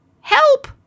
Help